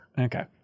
Okay